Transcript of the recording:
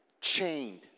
Chained